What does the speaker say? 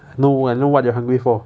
no I know what you're hungry for